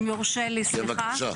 אם יורשה לי, סליחה.